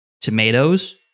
tomatoes